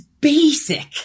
basic